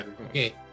Okay